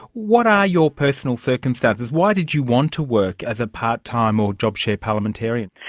what are your personal circumstances? why did you want to work as a part-time or job share parliamentarian?